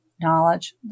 knowledge